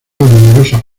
numerosos